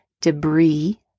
debris